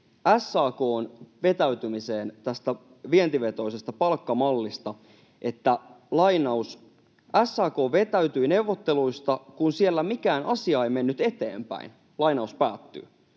SAK:n vetäytymiseen tästä vientivetoisesta palkkamallista: ”SAK vetäytyi neuvotteluista, kun siellä mikään asia ei mennyt eteenpäin.” Löytyykö